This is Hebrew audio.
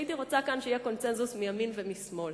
שהייתי רוצה שיהיה כאן עליו קונסנזוס מימין ומשמאל: